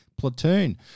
Platoon